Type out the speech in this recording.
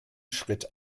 schritt